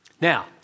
now